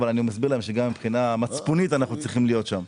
אבל אני מסביר להם שגם מבחינה מצפונית אנחנו צריכים להיות שם.